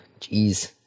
Jeez